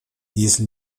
если